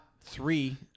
three